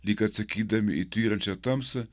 lyg atsakydami į tvyrančią tamsą